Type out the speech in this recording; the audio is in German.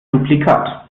duplikat